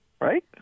right